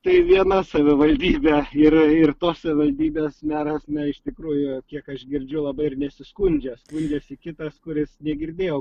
tai viena savivaldybė ir ir tos savivaldybės meras na iš tikrųjų kiek aš girdžiu labai ir nesiskundžia skundžiasi kitas kuris negirdėjo